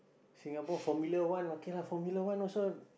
Singapore Formula-One lah okay Formula-One also